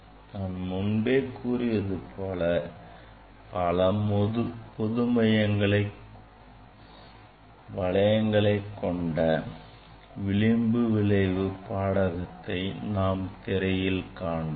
நான் முன்பே கூறியது போல பல பொதுமைய வளையங்களை கொண்ட விளிம்பு விளைவு பாடகத்தை நாம் திரையில் காண்போம்